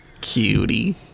Cutie